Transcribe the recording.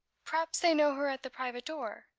perhaps they know her at the private door?